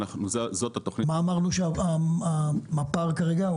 מה הפער כרגע?